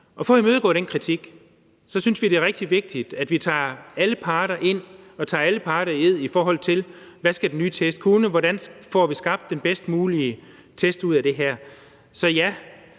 Og for at imødegå den kritik synes vi, det er rigtig vigtigt, at vi tager alle parter ind og tager alle parter i ed, i forhold til hvad den nye test skal kunne, og hvordan vi får skabt den bedst mulige test ud af det her. Så ja,